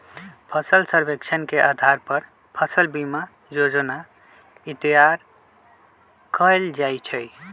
फसल सर्वेक्षण के अधार पर फसल बीमा जोजना तइयार कएल जाइ छइ